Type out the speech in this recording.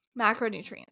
macronutrients